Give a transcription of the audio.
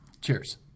Cheers